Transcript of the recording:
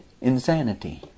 insanity